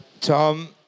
Tom